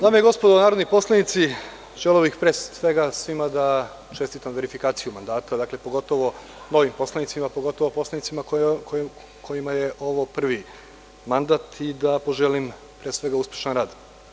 Dame i gospodo narodni poslanici, želeo bih pre svega svima da čestitam verifikaciju mandata, pogotovo novim poslanicima, pogotovo poslanicima kojima je ovo prvi mandat, i da poželim, pre svega, uspešan rad.